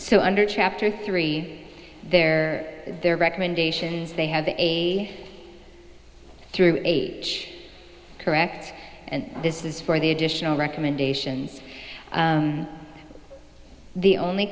so under chapter three there their recommendations they have a through age correct and this is for the additional recommendations the only